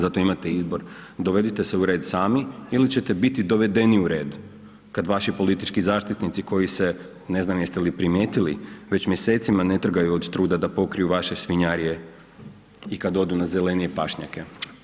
Zato imate izbor dovodite se u red sami ili ćete biti dovedeni u red kad vaši politički zaštitnici koji se, ne znam jeste li primijetili već mjesecima ne trgaju od truda da pokriju vaše svinjarije i kad odu na zelenije pašnjake.